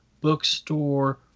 bookstore